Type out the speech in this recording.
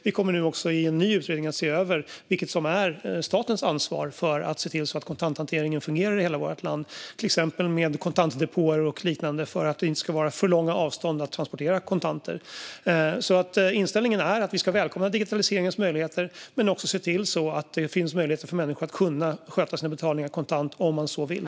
Vi kommer nu i en ny utredning att se över vad som är statens ansvar för att se till att kontanthanteringen fungerar i hela vårt land, till exempel med kontantdepåer och liknande, för att det inte ska vara för långa avstånd när man transporterar kontanter. Inställningen är att vi ska välkomna digitaliseringens möjligheter men också se till att det finns möjligheter för människor att sköta sina betalningar kontant om man så vill.